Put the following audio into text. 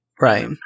Right